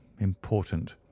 important